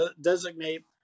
designate